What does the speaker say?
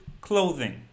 clothing